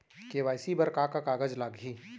KYC बर का का कागज लागही?